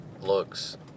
looks